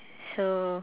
so